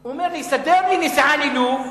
הוא אומר לי: סדר לי נסיעה ללוב.